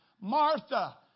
Martha